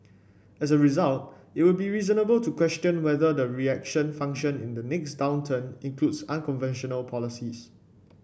as a result it would be reasonable to question whether the reaction function in the next downturn includes unconventional policies